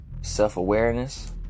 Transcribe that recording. self-awareness